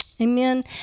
Amen